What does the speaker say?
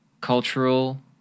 cultural